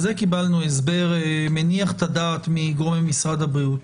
על זה קיבלנו הסבר מניח את הדעת ממשרד הבריאות.